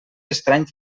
estranys